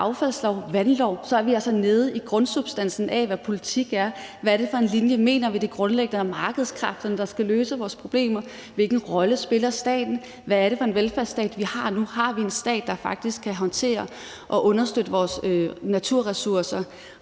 affaldslov og vandlov, er vi altså nede i grundsubstansen af, hvad politik er. Hvad er det for en linje? Mener vi, det grundlæggende er markedskræfterne, der skal løse vores problemer? Hvilken rolle spiller staten? Hvad er det for en velfærdsstat, vi har? Nu har vi en stat, der faktisk kan håndtere og understøtte vores naturressourcer,